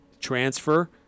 transfer